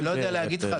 אני לא יודע להגיד לך,